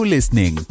listening